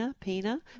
Pina